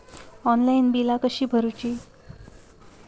Online बिला कशी भरूची?